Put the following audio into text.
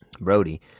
Brody